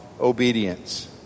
obedience